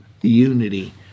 unity